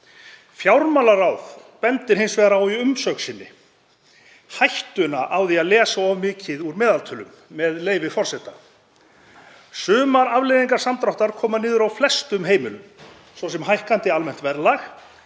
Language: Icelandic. Fjármálaráð bendir hins vegar í umsögn sinni á hættuna á því að lesa of mikið úr meðaltölum, með leyfi forseta: „Sumar afleiðingar samdráttarins koma niður á flestum heimilum, svo sem hækkandi almennt verðlag,